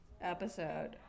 episode